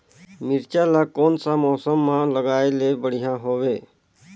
मिरचा ला कोन सा मौसम मां लगाय ले बढ़िया हवे